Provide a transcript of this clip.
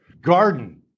Garden